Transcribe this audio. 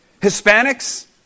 Hispanics